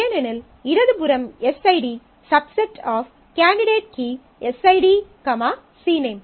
ஏனெனில் இடது புறம் எஸ்ஐடி கேண்டிடேட் கீ எஸ்ஐடி சிநேம்